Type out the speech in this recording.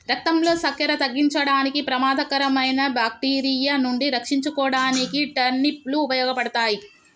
రక్తంలో సక్కెర తగ్గించడానికి, ప్రమాదకరమైన బాక్టీరియా నుండి రక్షించుకోడానికి టర్నిప్ లు ఉపయోగపడతాయి